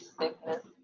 sickness